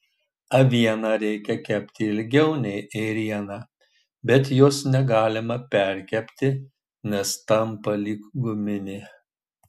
avieną reikia kepti ilgiau nei ėrieną bet jos negalima perkepti nes tampa lyg guminė